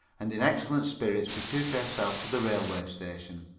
and in excellent spirits betook herself to the railway station.